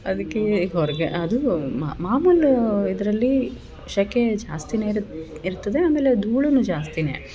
ಅದ್ಕೆ ಹೊರಗೆ ಅದೂ ಮಾಮೂಲ್ ಇದರಲ್ಲಿ ಶೆಖೆ ಜಾಸ್ತಿನೇ ಇರತ್ತು ಇರ್ತದೇ ಆಮೇಲೆ ಧೂಳು ಜಾಸ್ತಿನೇ